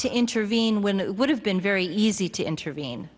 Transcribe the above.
to intervene when it would have been very easy to intervene